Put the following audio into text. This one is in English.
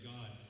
God